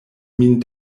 min